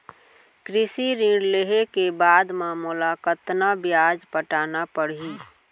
कृषि ऋण लेहे के बाद म मोला कतना ब्याज पटाना पड़ही?